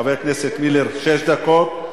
לחבר הכנסת מילר שש דקות,